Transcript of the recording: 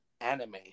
anime